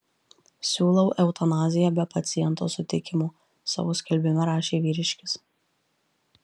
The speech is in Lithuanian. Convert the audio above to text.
siūlau eutanaziją be paciento sutikimo savo skelbime rašė vyriškis